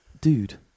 Dude